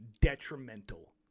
detrimental